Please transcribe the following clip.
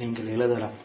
நீங்கள் எழுதலாம்